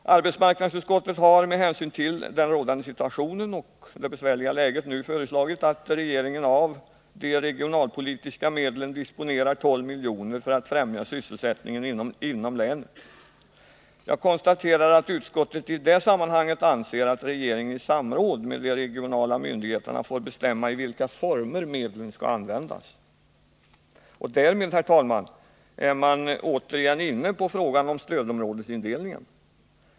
Arbetsmarknadsutskottet har med hänsyn till den rådande situationen och det besvärliga läget nu föreslagit att regeringen av de regionalpolitiska medlen disponerar 12 miljoner för att främja sysselsättningen inom länet. Jag konstaterar att utskottet i det sammanhanget anser att regeringen i samråd med de regionala myndigheterna får bestämma i vilka former medlen skall användas. Därmed, herr talman, är man återigen inne på frågan om stödområdesindelningen.